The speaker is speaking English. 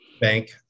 bank